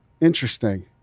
Interesting